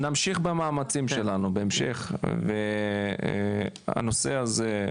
נמשיך במאמצים שלנו בהמשך והנושא הזה,